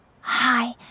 Hi